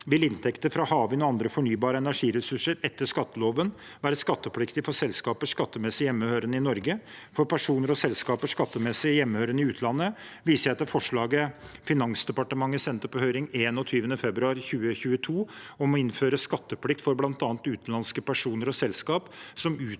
vil inntekter fra havvind og andre fornybare energiressurser etter skatteloven være skattepliktige for selskaper skattemessig hjemmehørende i Norge. For personer og selskaper skattemessig hjemmehørende i utlandet viser jeg til forslaget Finansdepartementet sendte på høring den 21. februar 2022, om å innføre skatteplikt for bl.a. utenlandske personer og selskap som utnytter